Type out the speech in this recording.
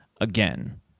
again